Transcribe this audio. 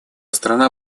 страна